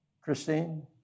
Christine